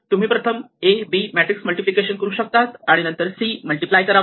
तुम्ही प्रथम A B matrix multiplication करू शकतात आणि नंतर C मल्टिप्लाय करावा